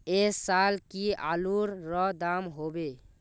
ऐ साल की आलूर र दाम होबे?